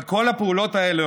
אבל כל הפעולות האלו